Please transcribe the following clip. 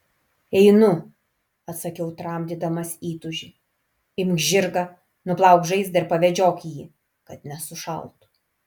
einu atsakiau tramdydamas įtūžį imk žirgą nuplauk žaizdą ir pavedžiok jį kad nesušaltų